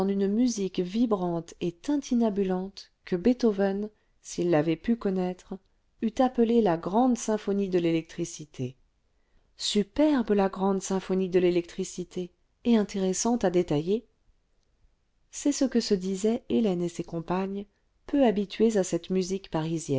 une musique vibrante et tintinnabulante que beethoven s'il l'avait pu connaître eût appelée la grande symphonie de l'électricité superbe la grande symphonie de l'électricité et intéressante à détailler c'est ce que se disaient hélène et ses compagnes peu habituées à cette musique parisienne